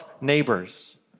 neighbors